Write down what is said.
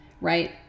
right